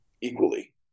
equally